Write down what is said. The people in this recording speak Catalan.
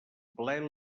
ple